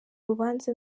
urubanza